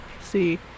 see